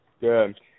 Good